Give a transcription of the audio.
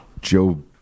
Joe